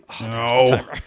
No